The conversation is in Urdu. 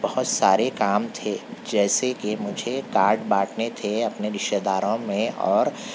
بہت سارے کام تھے جیسے کہ مجھے کارڈ بانٹنے تھے اپنے رشتہ داروں میں اور